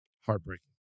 Heartbreaking